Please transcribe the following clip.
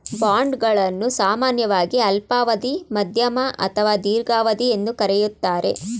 bond ಗಳನ್ನು ಸಾಮಾನ್ಯವಾಗಿ ಅಲ್ಪಾವಧಿ, ಮಧ್ಯಮ ಅಥವಾ ದೀರ್ಘಾವಧಿ ಎಂದು ಕರೆಯುತ್ತಾರೆ